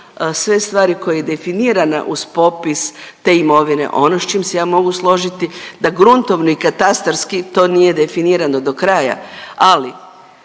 sve stvari koje je definirana uz popis te imovine. Ono s čim se ja mogu složiti da gruntovni, katastarski to nije definirano do kraja,